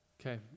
Okay